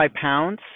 pounds